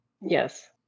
Yes